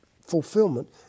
fulfillment